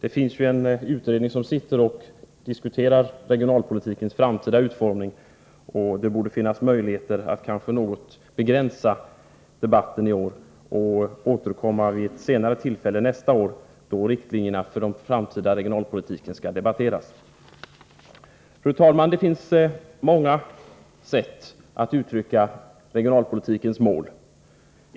En 3 sittande utredning diskuterar regionalpolitikens framtida utformning, och det borde finnas möjligheter att begränsa debatten i år och återkomma vid ett senare tillfälle, nästa år, då riktlinjerna för den framtida regionalpolitiken skall debatteras. Fru talman! Det finns många sätt att uttrycka regionalpolitikens mål.